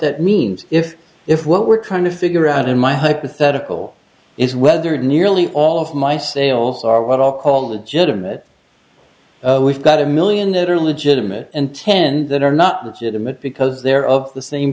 that means if if what we're trying to figure out in my hypothetical is whether nearly all of my sales are what i'll call the gentleman we've got a million that are legitimate and ten that are not legitimate because they're of the same